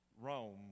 Rome